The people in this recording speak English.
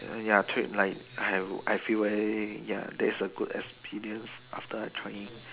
ya treat like I have I feel very ya that's a good experience after I trying